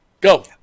go